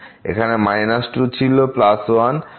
এখানে minus 2 plus 1 ছিল